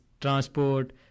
transport